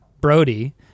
Brody